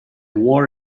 war